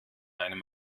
einem